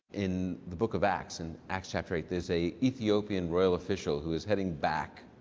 in the book of acts, in acts chapter eight, there's a ethiopian royal official who is heading back.